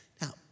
Now